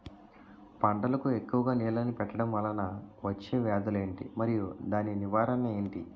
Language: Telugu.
పంటలకు ఎక్కువుగా నీళ్లను పెట్టడం వలన వచ్చే వ్యాధులు ఏంటి? మరియు దాని నివారణ ఏంటి?